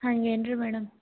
ಹಂಗೇನು ರೀ ಮೇಡಮ್